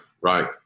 right